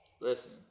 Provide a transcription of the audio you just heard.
Listen